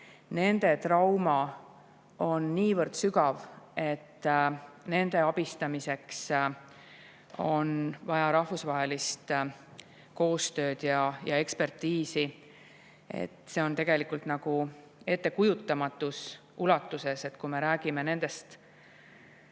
nende trauma on niivõrd sügav, et nende abistamiseks on vaja rahvusvahelist koostööd ja ekspertiisi. See on tegelikult nagu kujuteldamatus ulatuses, kui me räägime nendest